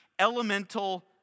elemental